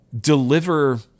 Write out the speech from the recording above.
deliver